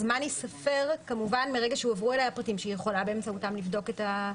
הזמן ייספר כמובן מהרגע שהועברו אליה הפרטים שהיא יכולה לבדוק באמצעותם.